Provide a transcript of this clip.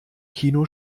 kino